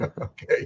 Okay